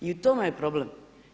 I u tome je problem.